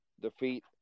defeat